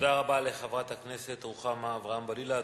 תודה רבה לחברת הכנסת רוחמה אברהם-בלילא.